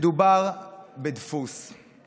מדובר בדפוס.